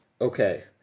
Okay